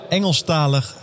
Engelstalig